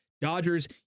Dodgers